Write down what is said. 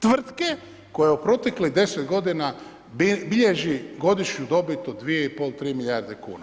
Tvrtke koja je u proteklih 10 godina bilježi godišnju dobit od 2,5-3 milijarde kuna.